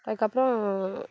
அதுக்கு அப்புறம்